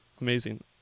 amazing